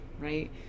right